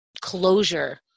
closure